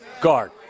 guard